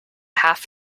half